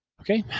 okay.